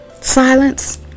silence